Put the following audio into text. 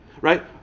Right